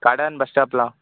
కాటగాన్ బస్స్టాప్లో